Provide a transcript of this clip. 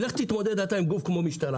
ולך תתמודד אתה עם גוף כמו המשטרה.